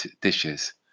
dishes